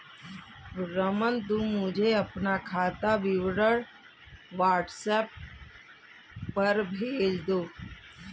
रमन, तुम मुझे अपना खाता विवरण व्हाट्सएप पर भेज दो